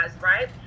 right